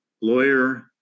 lawyer